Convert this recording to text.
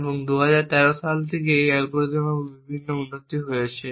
এবং 2013 সাল থেকে এই অ্যালগরিদমের উপর বিভিন্ন উন্নতি হয়েছে